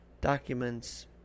Documents